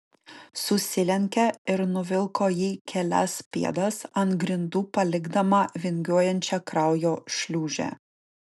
susilenkė ir nuvilko jį kelias pėdas ant grindų palikdama vingiuojančią kraujo šliūžę